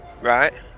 Right